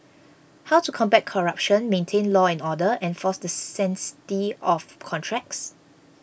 how to combat corruption maintain law and order enforce the sanctity of contracts